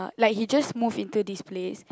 like he just move into this place